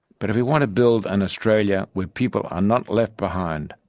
but if we want to build an australia where people are not left behind,